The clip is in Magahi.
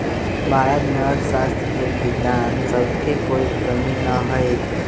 भारत में अर्थशास्त्र के विद्वान सब के कोई कमी न हई